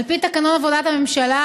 על פי תקנון עבודת הממשלה,